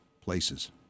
places